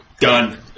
done